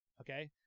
okay